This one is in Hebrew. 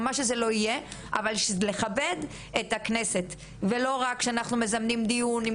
אבל לכבד את הכנסת ולא רק כשאנחנו מזמנים דיון עם